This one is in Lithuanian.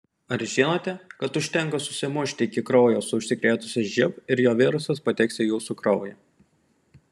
ar žinote kad užtenka susimušti iki kraujo su užsikrėtusiu živ ir jo virusas pateks į jūsų kraują